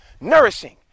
nourishing